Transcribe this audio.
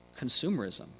consumerism